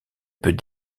peut